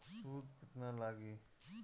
सूद केतना लागी?